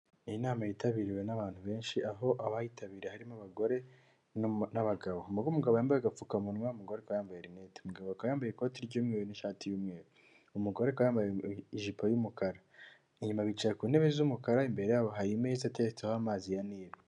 Iyi nama yitabiriwe n'abantu benshi aho abayitabiriye harimo abagore n'abagabo, umugabo bambaye agapfukamunwa umugore akaba yambaye lineti, umugabo yambaye ikoti ry'umweru n'ishati y'umweru, umugore yambaye ijipo y'umukara inyuma bicara ku ntebe z'umukara imbere yabo hayime atetseho amazi ya Nili.